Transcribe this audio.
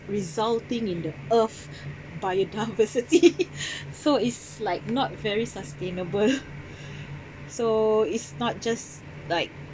resulting in the earth's biodiversity so it's like not very sustainable so it's not just like